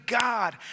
God